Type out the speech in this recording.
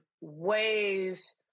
ways